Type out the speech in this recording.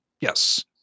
Yes